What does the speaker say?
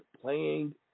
playing